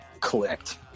clicked